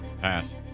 Pass